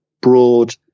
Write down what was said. broad